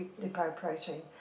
lipoprotein